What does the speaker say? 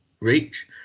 reach